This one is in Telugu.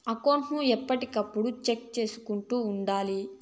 అకౌంట్ ను ఎప్పటికప్పుడు చెక్ చేసుకుంటూ ఉండాలి